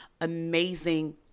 amazing